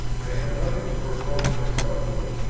i have nothing to reproach myself with,